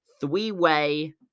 three-way